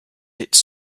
its